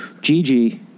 Gigi